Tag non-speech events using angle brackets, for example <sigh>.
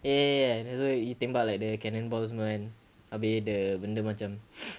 ya ya ya that's why he tembak like the canon ball semua kan habis the benda macam <noise>